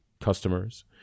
customers